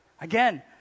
Again